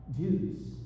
Jews